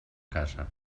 casa